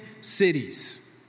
cities